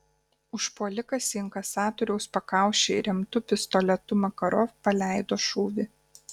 užpuolikas į inkasatoriaus pakaušį įremtu pistoletu makarov paleido šūvį